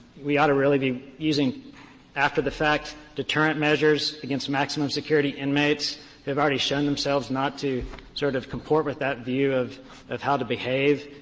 we ought to really be using after-the-fact deterrent measures against maximum security inmates, that have already shown themselves not to sort of comport with that view of of how to behave.